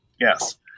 yes